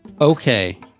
Okay